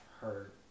hurt